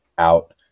Out